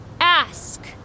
ask